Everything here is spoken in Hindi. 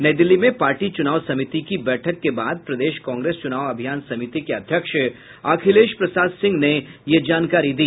नई दिल्ली में पार्टी चुनाव समिति की बैठक के बाद प्रदेश कांग्रेस चुनाव अभियान समिति के अध्यक्ष अखिलेश प्रसाद सिंह ने ये जानकारी दी